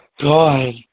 God